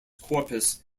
corpus